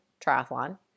triathlon